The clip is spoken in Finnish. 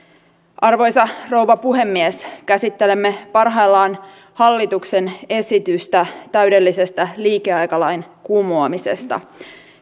arvoisa rouva puhemies käsittelemme parhaillaan hallituksen esitystä täydellisestä liikeaikalain kumoamisesta